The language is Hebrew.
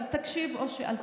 אז תקשיב או שאל תקשיב.